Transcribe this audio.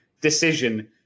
decision